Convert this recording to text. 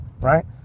right